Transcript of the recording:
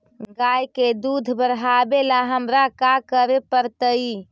गाय के दुध बढ़ावेला हमरा का करे पड़तई?